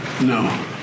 No